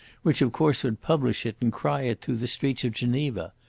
which of course would publish it and cry it through the streets of geneva.